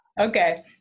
Okay